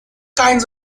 kinds